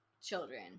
children